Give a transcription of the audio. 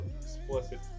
explicit